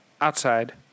outside